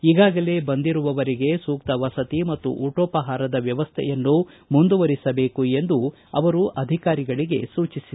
ಈಗಾಗಲೇ ಬಂದಿರುವವರಿಗೆ ಸೂಕ್ತ ವಸತಿ ಮತ್ತು ಊಟೋಪಹಾರದ ವ್ಯವಸ್ಥೆಯನ್ನು ಮುಂದವರಿಸಬೇಕು ಎಂದು ಅಧಿಕಾರಿಗಳಿಗೆ ಸೂಚಿಸಿದರು